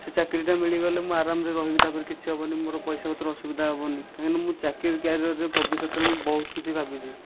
ସେ ଚାକିରିଟା ମିଳିଗଲେ ମୁଁ ଆରାମରେ ରହିବି ତାପରେ କିଛି ହେବନାହିଁ ମୋର ପଇସା ପତ୍ର ଅସୁବିଧା ହେବନାହିଁ କାହିଁକିନା ମୁଁ ଚାକିରି କ୍ୟାରିୟରରେ ଭବିଷ୍ୟତରେ ମୁଁ ବହୁତ କିଛି ଭାବିଛି